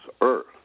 earth